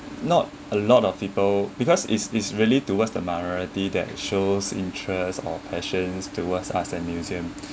not a lot of people because it's it's really towards the minority that shows interest or passions towards us and museum